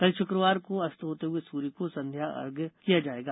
कल शुक्रवार को अस्त होते हए सूर्य को संध्या अर्घ्य अर्पित किया जायेगा